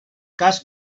cas